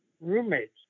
roommates